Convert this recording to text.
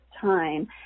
time